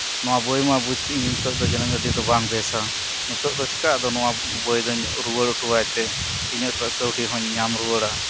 ᱱᱚᱶᱟ ᱵᱚᱭ ᱢᱟ ᱵᱩᱡᱠᱮᱫ ᱤᱧ ᱱᱤᱛᱚᱜ ᱫᱚ ᱡᱟᱱᱟᱝ ᱟᱹᱰᱤ ᱫᱚ ᱵᱟᱝ ᱵᱮᱥᱟ ᱱᱤᱛᱚᱜ ᱫᱚ ᱪᱤᱠᱟᱹ ᱟᱫᱚ ᱵᱚᱭᱫᱚᱧ ᱨᱩᱣᱟᱹᱲ ᱚᱴᱚᱣᱟᱭ ᱛᱮ ᱤᱧᱟᱹᱜ ᱠᱟᱹᱣᱰᱤ ᱦᱚᱧ ᱧᱟᱢ ᱨᱩᱣᱟᱹᱲᱟ